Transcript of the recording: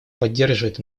поддерживает